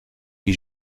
qui